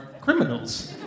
criminals